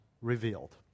revealed